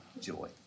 joy